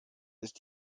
ist